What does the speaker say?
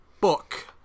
book